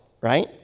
right